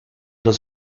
los